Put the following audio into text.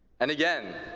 and, again,